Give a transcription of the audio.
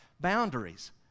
boundaries